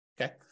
Okay